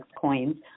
coins